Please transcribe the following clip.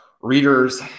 readers